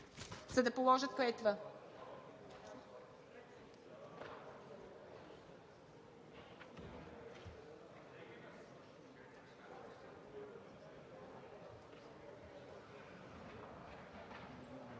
за да положат клетва.